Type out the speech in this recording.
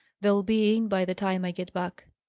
they'll be in, by the time i get back.